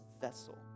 vessel